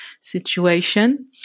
situation